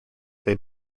they